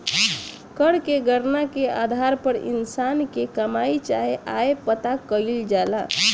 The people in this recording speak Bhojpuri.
कर के गणना के आधार पर इंसान के कमाई चाहे आय पता कईल जाला